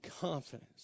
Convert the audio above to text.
confidence